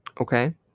Okay